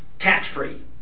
tax-free